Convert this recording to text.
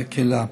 בקהילה.